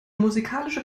musikalische